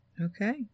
Okay